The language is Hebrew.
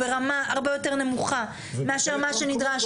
ברמה הרבה יותר נמוכה מאשר מה שנדרש פה.